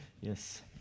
Yes